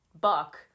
buck